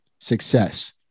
success